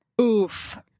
Oof